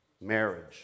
Marriage